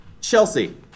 Chelsea